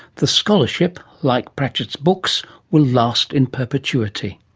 the scholarship, like pratchett's books, will last in perpetuity.